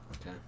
Okay